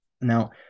Now